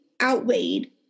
outweighed